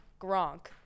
Gronk